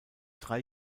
drei